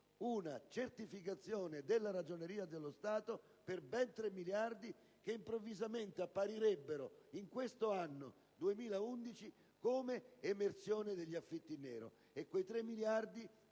una certificazione della Ragioneria generale dello Stato per ben 3 miliardi, che improvvisamente apparirebbero in questo anno 2011 come frutto dell'emersione degli affitti in nero